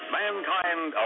mankind